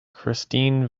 christine